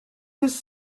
his